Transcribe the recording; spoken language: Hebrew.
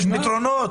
יש פתרונות.